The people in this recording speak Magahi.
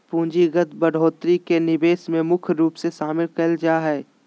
पूंजीगत बढ़ोत्तरी के निवेश मे मुख्य रूप से शामिल करल जा हय